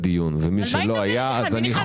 צריך להבין שמדובר כאן ממש